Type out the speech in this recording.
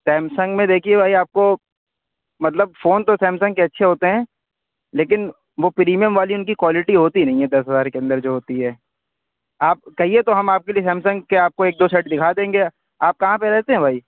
Samsung میں دیکھیے بھائی آپ کو مطلب فون تو سیمسنگ کے اچھے ہوتے ہیں لیکن وہ پریمیم والی ان کی کوالٹی ہوتی نہیں ہے دس ہزار کے اندر جو ہوتی ہے آپ کہیے تو ہم آپ کے لیے سیمسنگ کے آپ کو ایک دو سیٹ دکھا دیں گے آپ کہاں پہ رہتے ہیں بھائی